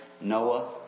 Noah